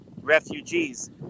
refugees